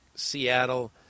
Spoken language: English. Seattle